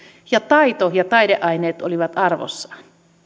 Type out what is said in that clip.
ja taito ja taideaineet olivat arvossaan